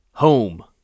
Home